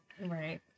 Right